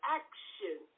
action